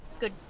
good